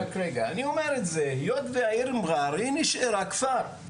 אני אומר את זה שהיות והעיר מע'אר היא נשארה כפר,